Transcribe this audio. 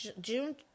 June